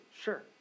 Sure